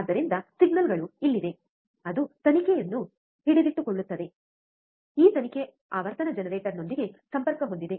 ಆದ್ದರಿಂದ ಸಿಗ್ನಲ್ಗಳು ಇಲ್ಲಿವೆ ಅದು ತನಿಖೆಯನ್ನು ಹಿಡಿದಿಟ್ಟುಕೊಳ್ಳುತ್ತದೆ ಈ ತನಿಖೆ ಆವರ್ತನ ಜನರೇಟರ್ನೊಂದಿಗೆ ಸಂಪರ್ಕ ಹೊಂದಿದೆ